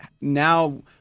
now